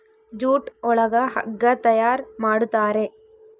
jute ಒಳಗ ಹಗ್ಗ ತಯಾರ್ ಮಾಡುತಾರೆ